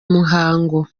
muhango